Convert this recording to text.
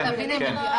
כן, כן.